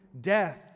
death